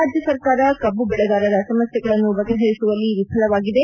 ರಾಜ್ಯ ಸರ್ಕಾರ ಕಬ್ಬು ಬೆಳೆಗಾರರ ಸಮಸ್ಯೆಗಳನ್ನು ಬಗೆಹರಿಸುವಲ್ಲಿ ವಿಫಲವಾಗಿದೆ